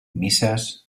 misas